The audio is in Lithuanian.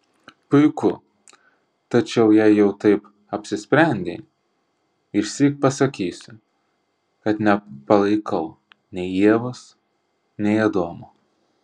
puiku tačiau jei jau taip apsisprendei išsyk pasakysiu kad nepalaikau nei ievos nei adomo